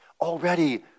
Already